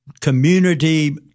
community